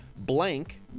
Blank